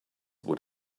what